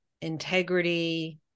integrity